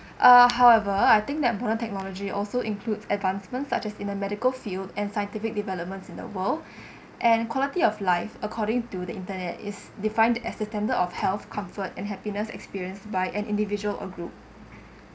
uh however I think that modern technology also includes advancements such as in the medical field and scientific developments in the world and quality of life according to the internet is defined as the standard of health comfort and happiness experienced by an individual or group